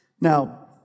Now